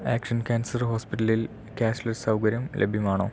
action cancer ഹോസ്പിറ്റലിൽ cashless സൗകര്യം ലഭ്യമാണോ